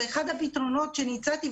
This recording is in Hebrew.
אחד הפתרונות שהצעתי,